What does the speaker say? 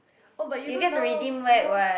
oh but you know now now